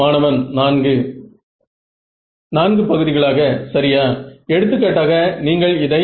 இந்த ரியாக்ட்டன்ஸ் பற்றி எனக்கு தெரியாது